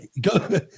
go